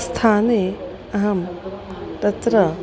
स्थाने अहं तत्र